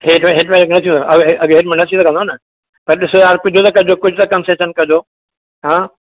हेठि मथे अची वेंदो आहे अघु हेठि मथे त अची सघंदा न पर ॾिसु यार कुझु त कजो कुझु त कंसेशन कजो हां